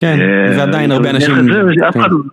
כן, זה עדיין עובד נשימים